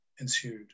ensued